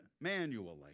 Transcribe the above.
manually